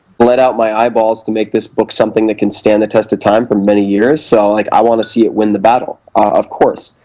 bled out my eyeballs to make this book something that can stand the test of time for many years, so like, i want to see it win the battle, of course.